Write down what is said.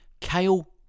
Kale